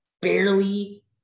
barely